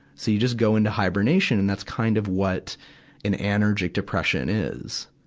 so you just go into hibernation, and that's kind of what an anergic depression is.